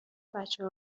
بچه